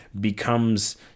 becomes